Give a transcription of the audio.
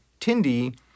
Tindy